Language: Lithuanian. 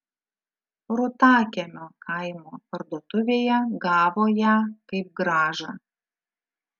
rūtakiemio kaimo parduotuvėje gavo ją kaip grąžą